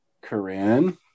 Corinne